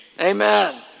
amen